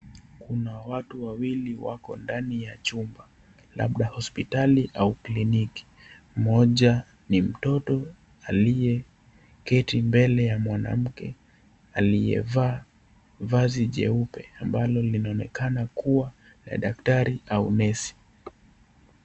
Kuna watu wawili wako ndani ya chumba, labda hospitali au kliniki. Mmoja ni mtoto aliyeketi mbele ya mwanamke aliyevaa vazi jeupe ambalo linaonekana kuwa la daktari au nesi.